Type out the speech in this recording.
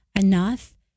enough